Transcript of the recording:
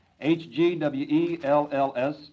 H-G-W-E-L-L-S